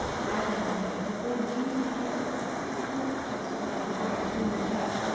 imagine a big, juicy piece of fruit or something between your chin and your chest.